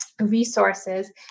resources